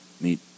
meet